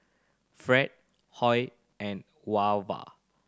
Fred Hoy and Wava